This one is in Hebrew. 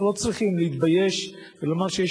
אנחנו לא צריכים להתבייש ולומר שיש